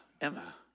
Emma